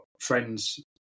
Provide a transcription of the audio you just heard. friends